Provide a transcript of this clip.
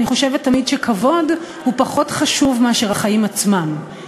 אני חושבת תמיד שכבוד הוא פחות חשוב מאשר החיים עצמם.